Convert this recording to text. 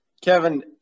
Kevin